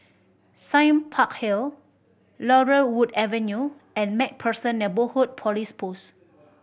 Sime Park Hill Laurel Wood Avenue and Macpherson Neighbourhood Police Post